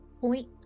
Point